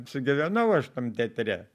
apsigyvenau aš tam teatre